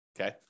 Okay